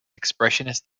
expressionist